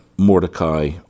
mordecai